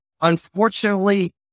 unfortunately